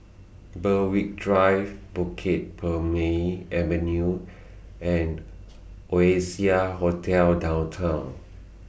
Berwick Drive Bukit Purmei Avenue and Oasia Hotel Downtown